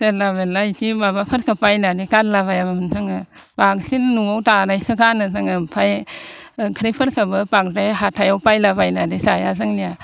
जानला मोनला बेदि माबाफोरखो बायनानै गानला बायामोन जोङो बांसिन न'आव दानायसो गानो जोङो ओमफाय ओंख्रिफोरखौबो बांद्राय हाथायाव बायला बायनानै जाया जोंनिया